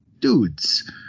Dudes